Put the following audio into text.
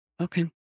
Okay